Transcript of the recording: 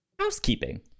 housekeeping